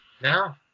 No